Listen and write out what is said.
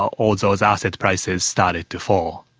all those asset prices started to fall.